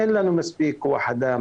אין לנו מספיק כוח אדם,